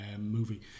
movie